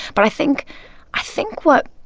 but i think i think what